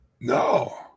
No